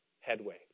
headway